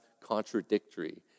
contradictory